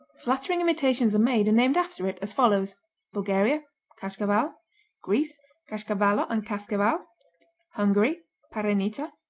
flattering imitations are made and named after it, as follows bulgaria kascaval greece kashcavallo and caskcaval hungary parenica